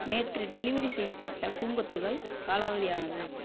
நேற்று டெலிவெரி செய்யப்பட்ட பூங்கொத்துகள் காலாவதி ஆனது